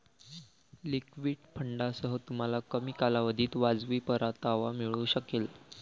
liquid फंडांसह, तुम्हाला कमी कालावधीत वाजवी परतावा मिळू शकेल